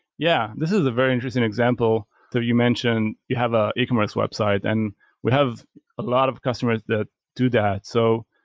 yeah. this is a very interesting example. so, you mentioned you have a ecommerce website, and we have a lot of customers that do that. so,